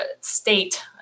state